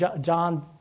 John